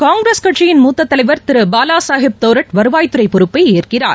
காங்கிரஸ் கட்சியின் மூத்த தலைவர் திரு பாலாசாஹிப் தோரட் வருவாய்த்துறை பொறுப்பை ஏற்கிறார்